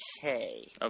Okay